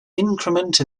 increment